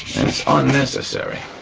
and it's unnecessary.